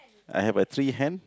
I have a three hen